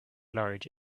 large